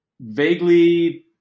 vaguely